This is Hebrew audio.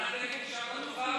תשאיר משהו פתוח,